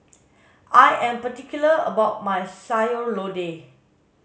I am particular about my sayur lodeh